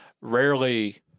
rarely